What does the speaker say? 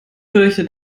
fürchte